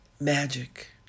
Magic